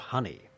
Honey